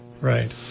Right